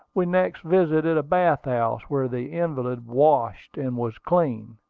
we next visited a bath-house, where the invalid washed and was clean.